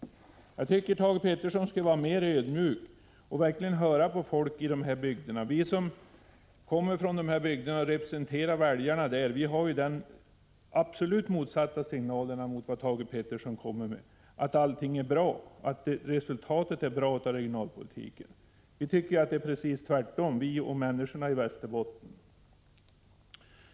Jag tycker att Thage Peterson skall vara mer ödmjuk och verkligen lyssna på folk i dessa bygder. Vi som kommer från skogslänen och representerar väljarna där har fått absolut motsatta signaler mot dem som Thage Peterson kommer med och som går ut på att allting är bra, att resultatet av regionalpolitiken är bra. Människorna i Västerbotten och vi som företräder dem tycker att det är precis tvärtom.